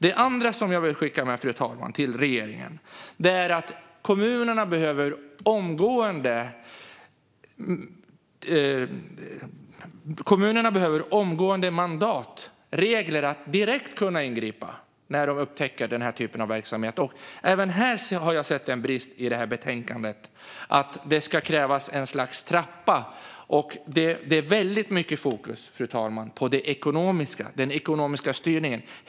Det andra som jag vill skicka med till regeringen är att kommunerna omgående behöver mandat, regler, för att direkt kunna ingripa när de upptäcker denna typ av verksamhet. Även här har jag sett en brist i betänkandet. Det ska krävas ett slags trappa. Fru talman! Det är väldigt mycket fokus på det ekonomiska, den ekonomiska styrningen.